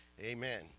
amen